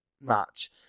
match